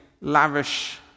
lavish